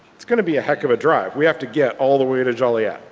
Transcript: it's going to be a heck of a drive, we have to get all the way to joliette.